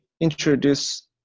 introduce